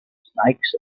snakes